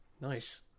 Nice